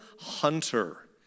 hunter